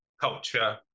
culture